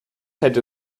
hätte